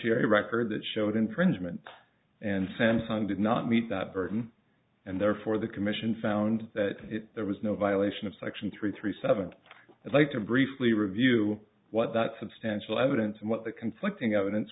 evidentiary record that showed infringement and samsung did not meet that burden and therefore the commission found that there was no violation of section three three seven i'd like to briefly review what that substantial evidence and what the conflicting evidence